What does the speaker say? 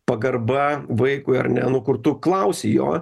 pagarba vaikui ar ne nu kur tu klausi jo